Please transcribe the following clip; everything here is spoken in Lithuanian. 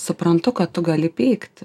suprantu kad tu gali pykt